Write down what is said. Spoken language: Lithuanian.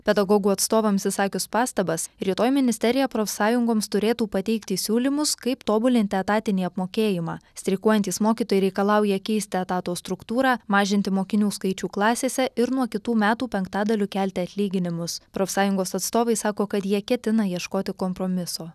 pedagogų atstovams išsakius pastabas rytoj ministerija profsąjungoms turėtų pateikti siūlymus kaip tobulinti etatinį apmokėjimą streikuojantys mokytojai reikalauja keisti etato struktūrą mažinti mokinių skaičių klasėse ir nuo kitų metų penktadaliu kelti atlyginimus profsąjungos atstovai sako kad jie ketina ieškoti kompromiso